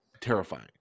terrifying